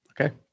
Okay